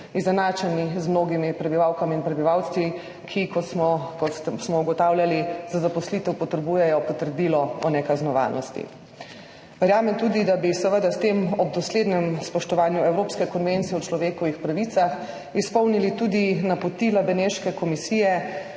izenačeni z mnogimi prebivalkami in prebivalci, ki, kot smo ugotavljali, za zaposlitev potrebujejo potrdilo o nekaznovanosti. Verjamem tudi, da bi seveda s tem ob doslednem spoštovanju Evropske konvencije o človekovih pravicah izpolnili tudi napotila Beneške komisije,